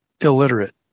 illiterate